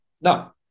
no